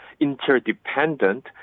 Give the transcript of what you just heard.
interdependent